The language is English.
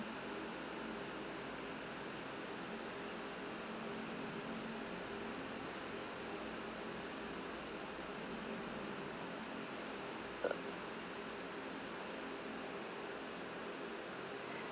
uh